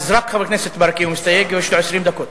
אז רק חבר הכנסת ברכה מסתייג, ויש לו 20 דקות.